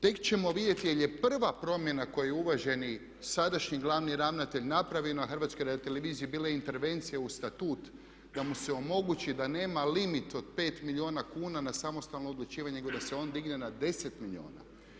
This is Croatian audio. Tek ćemo vidjeti je li prva promjena koju je uvaženi sadašnji glavni ravnatelj napravio na HRT-u bila intervencija u Statut da mu se omogući da nema limit od 5 milijuna kuna na samostalno odlučivanje, nego da se on digne na 10 milijuna.